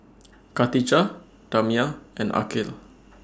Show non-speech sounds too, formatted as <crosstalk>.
<noise> Katijah Damia and Aqil